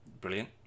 brilliant